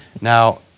Now